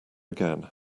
again